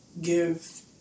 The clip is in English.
give